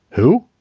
who?